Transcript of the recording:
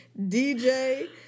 DJ